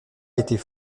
était